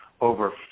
over